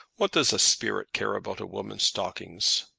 what does a spirit care about a woman's stockings?